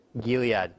Gilead